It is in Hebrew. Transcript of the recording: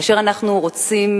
כאשר אנחנו רוצים,